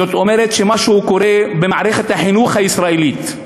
זאת אומרת שמשהו קורה במערכת החינוך הישראלית.